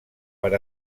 per